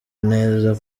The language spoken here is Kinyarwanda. neza